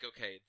okay